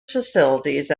facilities